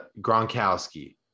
Gronkowski